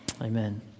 Amen